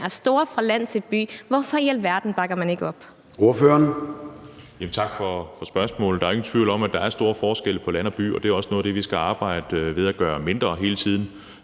er store. Hvorfor i alverden bakker man ikke op?